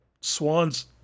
Swans